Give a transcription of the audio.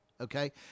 okay